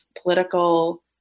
political